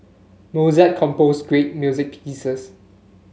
Mozart composed great music pieces